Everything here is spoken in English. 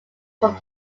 from